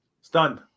Stunned